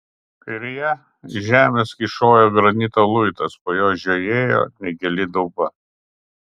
kairėje iš žemės kyšojo granito luitas po juo žiojėjo negili dauba